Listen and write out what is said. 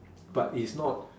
but it's not